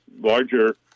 larger